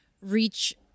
reach